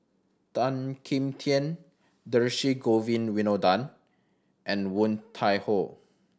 Tan Kim Tian Dhershini Govin Winodan and Woon Tai Ho